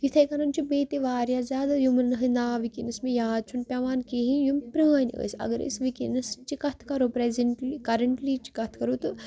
یِتھَے کَنٮ۪تھ چھُ بیٚیہِ تہِ واریاہ زیادٕ یِمَن ہٕنٛدۍ ناو وٕکٮ۪نَس مےٚ یاد چھُنہٕ پیٚوان کِہیٖنۍ یِم پرٛٲنۍ ٲسۍ اگر أسۍ وٕکٮ۪نَس چہِ کَتھٕ کَرو پرٛیزینٛٹلی کَرَنٹٕلیٕچ کَتھ کَرو تہٕ